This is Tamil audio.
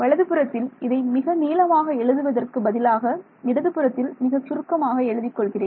வலது புறத்தில் இதை மிக நீளமாக எழுதுவதற்கு பதிலாக இடதுபுறத்தில் மிக சுருக்கமாக எழுதிக் கொள்கிறேன்